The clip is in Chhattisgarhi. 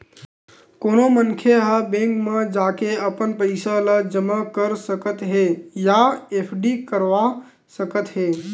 कोनो मनखे ह बेंक म जाके अपन पइसा ल जमा कर सकत हे या एफडी करवा सकत हे